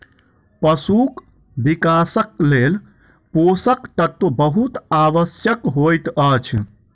पशुक विकासक लेल पोषक तत्व बहुत आवश्यक होइत अछि